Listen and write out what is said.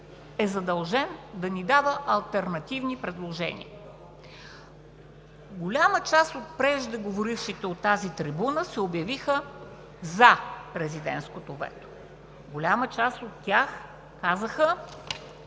е задължен да ни дава алтернативни предложения. Голяма част от преждеговорившите от тази трибуна се обявиха за президентското вето. Голяма част от тях казаха,